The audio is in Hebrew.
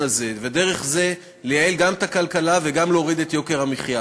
ודרך זה לייעל גם את הכלכלה וגם להוריד את יוקר המחיה.